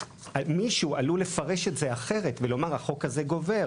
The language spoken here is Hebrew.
מישהו עלול לפרש את זה אחרת ולומר שהחוק הזה גובר,